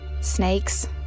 Snakes